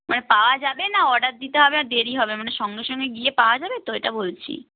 মানে পাওয়া যাবে না অর্ডার দিতে হবে আর দেরি হবে মানে সঙ্গে সঙ্গে গিয়ে পাওয়া যাবে তো এটা বলছি